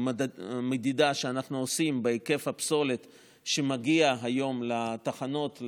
המדידה שאנחנו עושים של היקף הפסולת שמגיעה היום לתחנות,